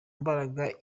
mbaraga